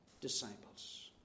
disciples